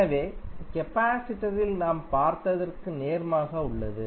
எனவே கெபாசிடரில் நாம் பார்த்ததற்கு நேர்மாறாக உள்ளது